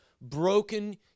broken